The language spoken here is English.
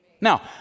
Now